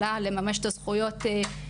או לה, לממש את הזכויות מהמזונות.